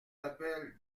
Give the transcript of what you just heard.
d’appel